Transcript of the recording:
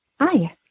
Hi